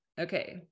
Okay